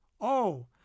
Oh